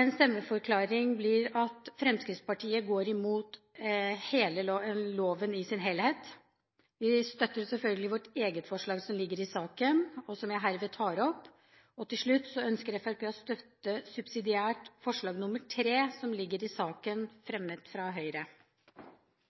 En stemmeforklaring blir at Fremskrittspartiet går imot loven i sin helhet. Vi støtter selvfølgelig vårt eget forslag i innstillingen, og som jeg herved tar opp. Til slutt ønsker Fremskrittspartiet subsidiært å støtte forslag 3, fremmet av Høyre. Representanten Kari Kjønaas Kjos har tatt opp det forslaget hun refererte til. Det lovforslaget som vi har til behandling i